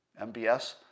MBS